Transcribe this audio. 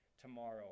tomorrow